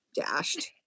dashed